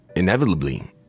inevitably